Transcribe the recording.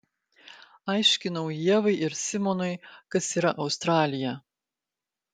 aiškinau ievai ir simonui kas yra australija